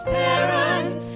parent